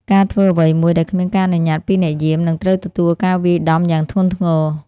ការធ្វើអ្វីមួយដែលគ្មានការអនុញ្ញាតពីអ្នកយាម នឹងត្រូវទទួលការវាយដំយ៉ាងធ្ងន់ធ្ងរ។